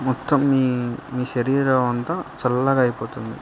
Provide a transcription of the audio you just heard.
మొత్తం మీ మీ శరీర అంతా చల్లగా అయిపోతుంది